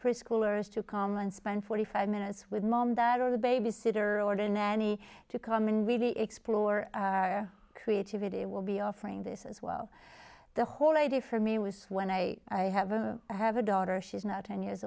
preschoolers to come and spend forty five minutes with mom dad or the babysitter or than any to come and really explore creativity it will be offering this as well the whole idea for me was when i i have a i have a daughter she's now ten years